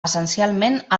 essencialment